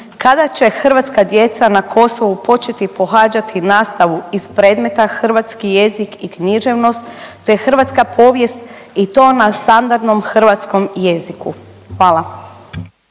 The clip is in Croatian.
„Kada će hrvatska djeca na Kosovu početi pohađati nastavu iz predmeta hrvatski jezik i književnost, te hrvatska povijest i to na standardnom hrvatskom jeziku?“ Hvala.